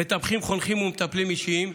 מטפחים חונכים ומטפלים אישיים,